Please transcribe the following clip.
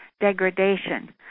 degradation